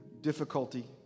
difficulty